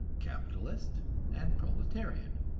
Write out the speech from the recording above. capitalist and proletarian.